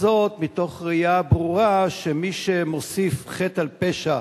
וזאת מתוך ראייה ברורה שמי שמוסיף חטא על פשע,